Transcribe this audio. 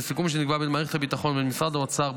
בסיכום שנקבע בין מערכת הביטחון ובין משרד האוצר,